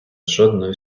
жодної